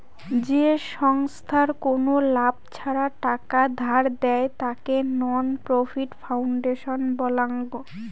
যে ছংস্থার কোনো লাভ ছাড়া টাকা ধার দেয়, তাকে নন প্রফিট ফাউন্ডেশন বলাঙ্গ